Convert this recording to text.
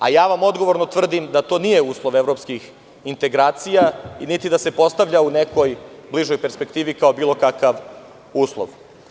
A ja vam odgovorno tvrdim da to nije uslov evropskih integracija, niti da se postavlja u nekoj bližoj perspektivi kao bilo kakav uslov.